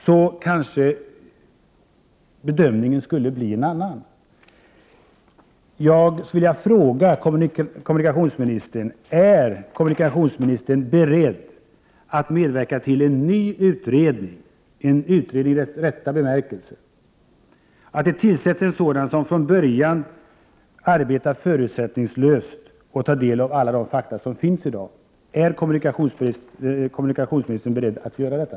Då kanske bedömningen blir en annan. Jag vill ställa en fråga till kommunikationsministern. Är kommunikationsministern beredd att medverka till en ny utredning, en utredning i dess rätta bemärkelse, en utredning som från början arbetar förutsättningslöst och tar del av alla fakta som i dag finns? Är kommunikationsministern beredd att göra detta?